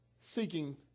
seeking